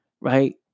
right